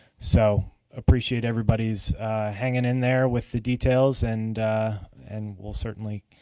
so appreciate everybody's hanging in there with the details and and we'll certainly